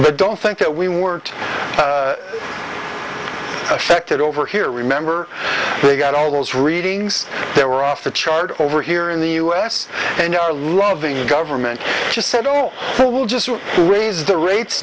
but don't think that we weren't affected over here remember they got all those readings they were off the charts over here in the us and they are loving the government just said oh well we'll just raise the rates